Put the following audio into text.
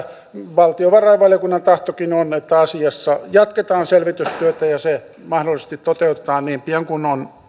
valtiovarainvaliokunnan tahtokin on että asiassa jatketaan selvitystyötä ja se mahdollisesti toteutetaan niin pian kuin on